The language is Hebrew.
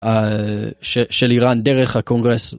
של איראן דרך הקונגרס.